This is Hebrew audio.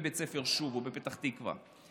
בבית ספר שובו בפתח תקווה.